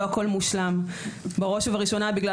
לא הכול מושלם בראש ובראשונה בגלל